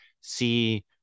see